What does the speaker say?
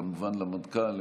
כמובן למנכ"ל,